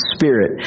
Spirit